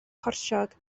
corsiog